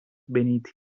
beneath